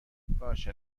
باشه